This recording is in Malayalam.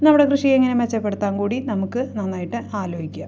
നമ്മുടെ കൃഷി എങ്ങനെ മെച്ചപ്പെടുത്താം കൂടി നമുക്ക് നന്നായിട്ട് ആലോചിക്കാം